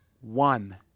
one